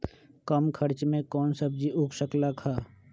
कम खर्च मे कौन सब्जी उग सकल ह?